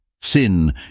Sin